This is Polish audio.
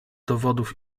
dowodów